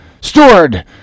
Steward